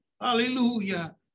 hallelujah